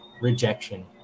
rejection